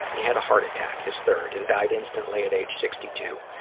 he had a heart attack, his third, and died instantly at age sixty-two.